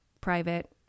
private